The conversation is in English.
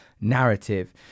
narrative